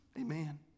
Amen